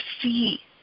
see